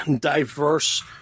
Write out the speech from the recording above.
diverse